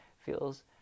feels